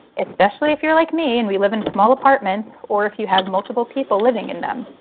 especially if you're like me and we live in small apartments or if you have multiple people living in them.